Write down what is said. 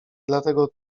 dlatego